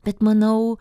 bet manau